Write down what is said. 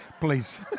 Please